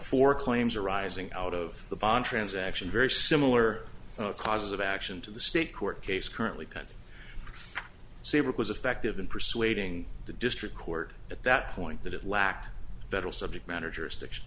for claims arising out of the bond transaction very similar causes of action to the state court case currently can't say it was effective in persuading the district court at that point that it lacked federal subject matter jurisdiction